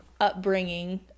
upbringing